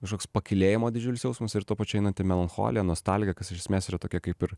kažkoks pakylėjimo didžiulis jausmas ir tuo pačiu einanti melancholija nostalgija kas iš esmės yra tokie kaip ir